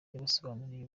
yabasobanuriye